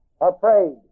Afraid